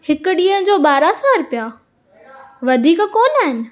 हिक ॾींहं जो ॿारहां सौ रुपिया वधीक कोन आहिनि